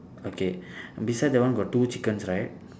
okay beside that one got two chickens right